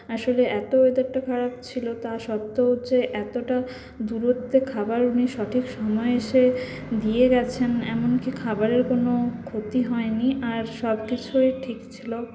আসলে এত ওয়েদারটা খারাপ ছিলো তা সত্ত্বেও হচ্ছে এতটা দূরত্বে খাবার উনি সঠিক সময়ে এসে দিয়ে গেছেন এমনকি খাবারের কোনো ক্ষতি হয় নি আর সব কিছুই ঠিক ছিলো